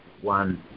one